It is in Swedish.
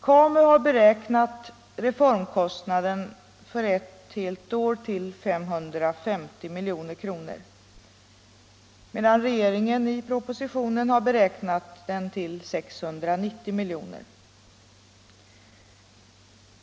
KAMU har beräknat reformkostnaden för ett helt år till 550 milj.kr., medan regeringen i propositionen har beräknat den till 690 milj.kr.